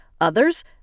others